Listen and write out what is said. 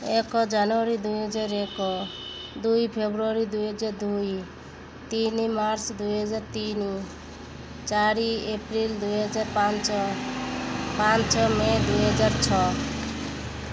ଏକ ଜାନୁଆରୀ ଦୁଇହଜାର ଏକ ଦୁଇ ଫେବୃଆରୀ ଦୁଇହଜାର ଦୁଇ ତିନି ମାର୍ଚ୍ଚ ଦୁଇହଜାର ତିନି ଚାରି ଏପ୍ରିଲ ଦୁଇହଜାର ପାଞ୍ଚ ପାଞ୍ଚ ମେ ଦୁଇହଜାର ଛଅ